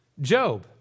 Job